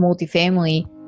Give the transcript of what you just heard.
multifamily